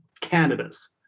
cannabis